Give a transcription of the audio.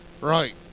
Right